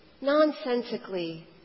nonsensically